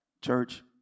Church